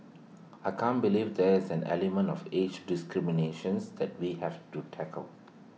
I can't believe there is an element of age discriminations that we have to tackle